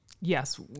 yes